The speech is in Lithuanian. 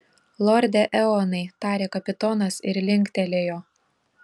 lorde eonai tarė kapitonas ir linktelėjo